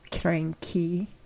cranky